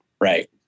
Right